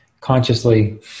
consciously